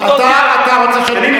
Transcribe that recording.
אתה רוצה שהוא,